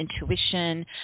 intuition